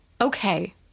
Okay